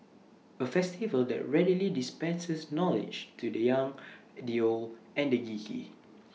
A festival that readily dispenses knowledge to the young the old and the geeky